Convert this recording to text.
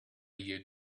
you